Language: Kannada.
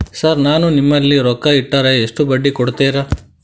ಸರ್ ನಾನು ನಿಮ್ಮಲ್ಲಿ ರೊಕ್ಕ ಇಟ್ಟರ ಎಷ್ಟು ಬಡ್ಡಿ ಕೊಡುತೇರಾ?